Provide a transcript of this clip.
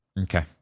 okay